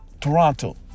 Toronto